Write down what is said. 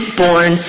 born